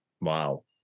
Wow